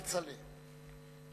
כצל'ה,